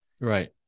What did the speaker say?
Right